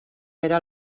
era